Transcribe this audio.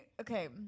okay